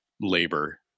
labor